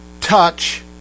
touch